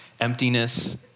emptiness